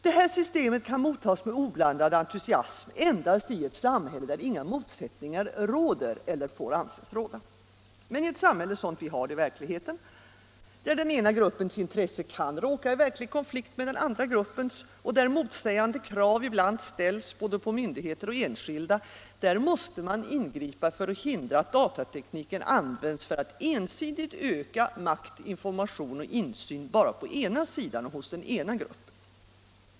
Detta system kan mottas med oblandad entusiasm endast i ett samhälle där inga motsättningar råder eller får anses råda. Men i ett samhälle sådant vi har det i verkligheten, där den ena gruppens intressen kan råka i verklig konflikt med den andra gruppens och där motsägande krav ibland ställs både på myndigheter och på enskilda, där måste man ingripa för att hindra att datatekniken används för att ensidigt öka makt, information och insyn bara på ena sidan och hos den ena gruppen.